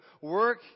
work